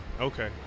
okay